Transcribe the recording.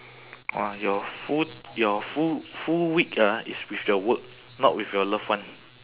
!wah! your full your full full week ah it's with your work not with your loved one